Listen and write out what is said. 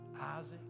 Isaac